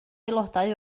aelodau